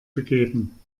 begeben